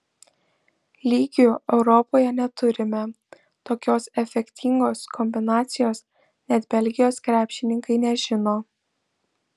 lygių europoje neturime tokios efektingos kombinacijos net belgijos krepšininkai nežino